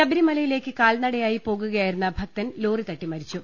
ശബരിമലയിലേക്ക് കാൽനടയായി പോകുകയായിരുന്ന ഭക്തൻ ലോറി തട്ടി മരിച്ചു